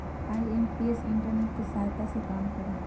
IMPS internet के सहायता से काम करा हई